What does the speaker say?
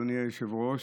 אדוני היושב-ראש,